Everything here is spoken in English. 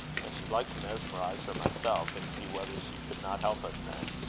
should like to mesmerize her myself, and see whether she could not help us then.